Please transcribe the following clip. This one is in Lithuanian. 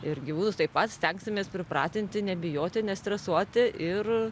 ir gyvūnus taip pat stengsimės pripratinti nebijoti nestresuoti ir